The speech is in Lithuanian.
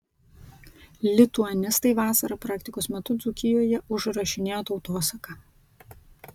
lituanistai vasarą praktikos metu dzūkijoje užrašinėjo tautosaką